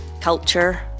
culture